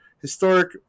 Historic